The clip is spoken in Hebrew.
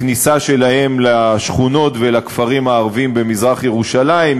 כניסה שלהם לשכונות ולכפרים הערביים במזרח-ירושלים,